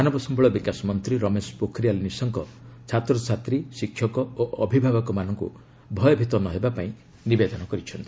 ମାନବ ସମ୍ଭଳ ବିକାଶ ମନ୍ତ୍ରୀ ରମେଶ ପୋଖରିଆଲ ନିଶଙ୍କ ଛାତ୍ରଛାତ୍ରୀ ଶିକ୍ଷକ ଓ ଅଭିଭାବକମାନଙ୍କୁ ଭୟଭିତ ନ ହେବାକୁ ନିବେଦନ କରିଛନ୍ତି